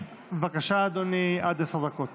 בעוני, התשפ"א